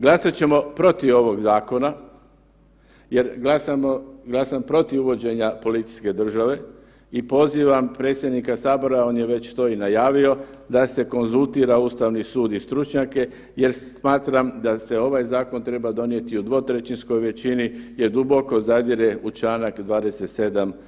Glasat ćemo protiv ovog zakona jer glasamo, glasam protiv uvođenja policijske države i pozivam predsjednika sabora, on je već to i najavio da se konzultira Ustavni sud i stručnjake jer smatram da se ovaj zakon treba donijeti u dvotrećinskoj većini jer duboko zadire u čl. 27.